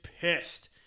pissed